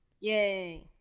Yay